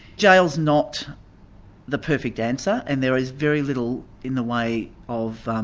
jail's not the perfect answer, and there is very little in the way of um